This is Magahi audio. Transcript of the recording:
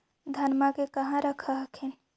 धनमा के कहा रख हखिन?